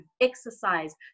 exercise